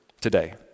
today